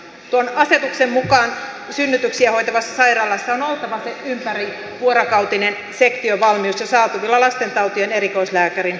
tuon asetuksen mukaan synnytyksiä hoitavassa sairaalassa on oltava ympärivuorokautinen sektiovalmius ja saatavilla lastentautien erikoislääkärin osaaminen